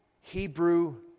Hebrew